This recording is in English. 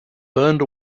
burned